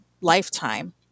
lifetime